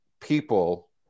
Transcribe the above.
people